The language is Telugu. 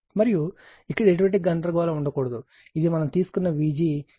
మరియు ఇక్కడ ఎటువంటి గందరగోళం ఉండకూడదు ఇది మనం తీసుకున్న Vg ∠00